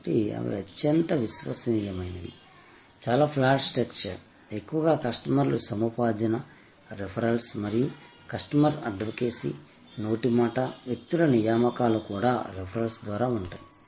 కాబట్టి అవి అత్యంత విశ్వసనీయమైనవి చాలా ఫ్లాట్ స్ట్రక్చర్ ఎక్కువగా కస్టమర్ సముపార్జన రిఫరల్స్ మరియు కస్టమర్ అడ్వకేసీ నోటి మాట వ్యక్తుల నియామకాలు కూడా రిఫరల్స్ ద్వారా ఉంటాయి